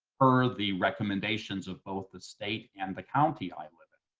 per the recommendations of both the state and the county i live in.